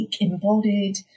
embodied